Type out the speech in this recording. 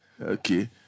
Okay